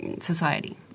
society